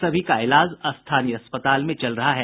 सभी का इलाज स्थानीय अस्पताल में चल रहा है